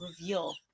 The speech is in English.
Reveal